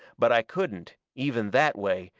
but i couldn't, even that way,